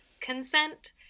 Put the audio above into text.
consent